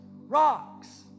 rocks